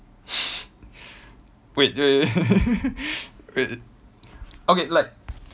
wait wait okay like